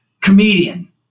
comedian